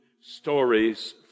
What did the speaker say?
stories